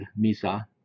MISA